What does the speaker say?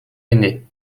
ainé